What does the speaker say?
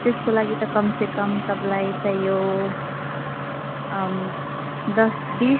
त्यसको लागि त कमसेकम तपाईँलाई चाहियो दस बिस